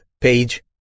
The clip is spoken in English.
page